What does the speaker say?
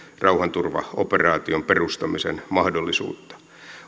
rauhanturvaoperaation perustamisen mahdollisuutta